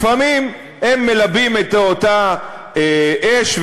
לפעמים מלבות את אותה אש.